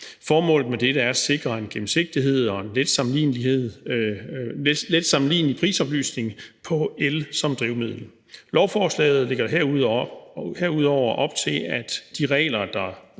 Formålet med dette er at sikre en gennemsigtighed og en let sammenlignelig prisoplysning på el som drivmiddel. Lovforslaget lægger herudover op til, at de regler, der